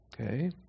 Okay